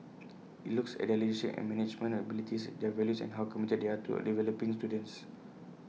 IT looks at their leadership and management abilities their values and how committed they are to developing students